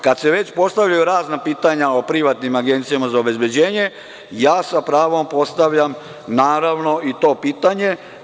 Kada se već postavljaju razna pitanja o privatnim agencijama za obezbeđenje, ja sam pravom postavljam naravno i to pitanje.